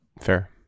Fair